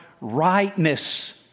rightness